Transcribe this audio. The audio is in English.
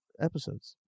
Episodes